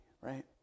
right